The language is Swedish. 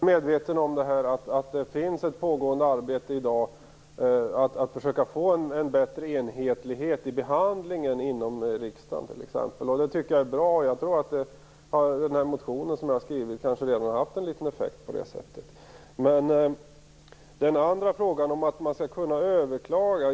Fru talman! Jag är medveten om att det pågår ett arbete i dag för att försöka få en bättre enhetlighet i behandlingen inom riksdagen. Det tycker jag är bra. Jag tror att den motion som jag skrivit ändå haft en liten effekt. Den andra frågan handlar om att man skall kunna överklaga.